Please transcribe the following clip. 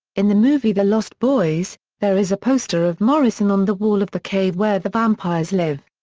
in the movie the lost boys, there is a poster of morrison on the wall of the cave where the vampires live.